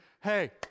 hey